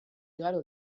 igaro